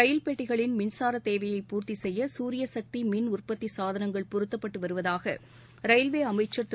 ரயில் பெட்டிகளின் மின்சார தேவையை பூர்த்தி செய்ய சூரியசக்தி மின்உற்பத்தி சாதனங்கள் பொருத்தப்பட்டு வருவதாக ரயில்வே அமைச்சர் திரு